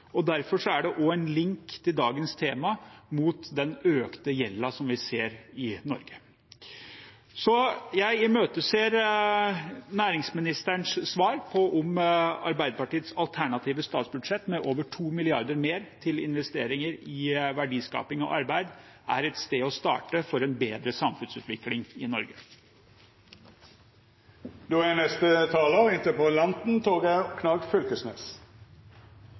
Derfor er det også en link fra dagens tema til den økte gjelden som vi ser i Norge. Jeg imøteser næringsministerens svar på om Arbeiderpartiets alternative statsbudsjett, med over 2 mrd. kr mer til investeringer i verdiskaping og arbeid, er et sted å starte for å få en bedre samfunnsutvikling i